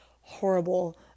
horrible